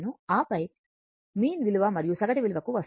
ఆపై మీన్ విలువ మరియు సగటు విలువకు వస్తాము